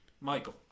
Michael